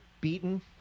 beaten